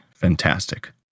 fantastic